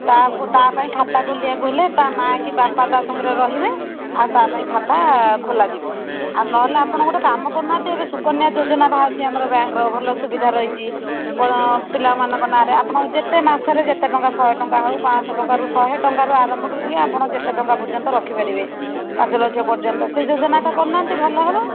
ତାକୁ ତାପାଇଁ ଖାତା ଖୋଲିବାକୁ ହେଲେ ତା ମାଆ କି ବାପା ତା ସାଙ୍ଗରେ ରହିବେ ଆଉ ତାପାଇଁ ଖାତା ଖୋଲାଯିବ ଆଉ ନହେଲେ ଆପଣ ଗୋଟେ କାମ କରୁନାହାଁନ୍ତି ଏବେ ସୁକନ୍ୟା ଯୋଜନା ବାହାରିଛି ଆମ ବ୍ୟାଙ୍କର ଭଲ ସୁବିଧା ରହିଛି କ'ଣ ପିଲାମାନଙ୍କ ନାଁରେ ଆପଣ ଯେତେ ମାସରେ ଯେତେ ଟଙ୍କା ଶହେ ଟଙ୍କା ହେଉ ପାଞ୍ଚଶହ ଟଙ୍କାରୁ ଶହେ ଟଙ୍କା ରୁ ଆରମ୍ଭ କରି ଆପଣ ଯେତେ ଟଙ୍କା ପର୍ଯ୍ୟନ୍ତ ରଖିପାରିବେ ପାଞ୍ଚଲକ୍ଷ ପର୍ଯ୍ୟନ୍ତ ସେ ଯୋଜନାଟା କରୁନାହାନ୍ତି ଭଲ ହେବ